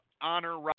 Honor